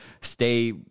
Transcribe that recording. stay